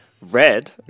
Red